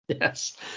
Yes